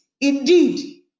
indeed